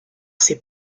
ses